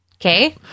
Okay